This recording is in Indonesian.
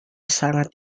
sangat